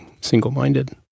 single-minded